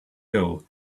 ill